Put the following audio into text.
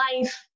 life